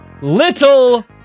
little